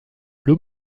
blue